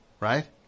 Right